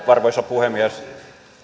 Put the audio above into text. arvoisa puhemies